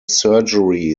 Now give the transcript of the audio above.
surgery